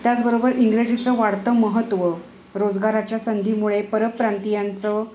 त्याचबरोबर इंग्रजीचे वाढते महत्त्व रोजगाराच्या संधीमुळे परप्रांतियांचे